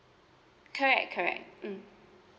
correct correct mm